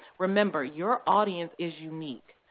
remember your audience is unique,